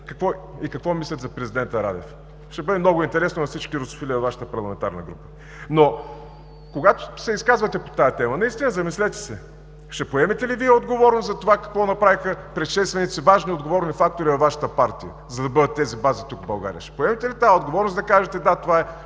ни партньори за президента Радев. Ще бъде много интересно на всички русофили във Вашата парламентарна група. Когато се изказвате по тази тема – замислете се. Ще поемете ли Вие отговорност за това, какво направиха предшествениците – важни и отговорни фактори във Вашата партия, за да бъдат тези бази тук, в България? Ще поемете ли тази отговорност и да кажете: да, това